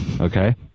okay